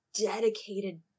dedicated